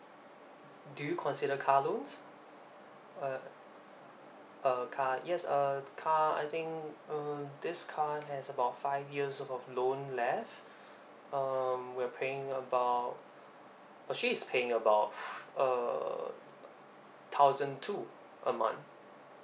do you consider car loans uh uh car yes uh car I think uh this car has about five years of a loan left um we're paying about uh she is paying about uh thousand two a month